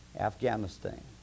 Afghanistan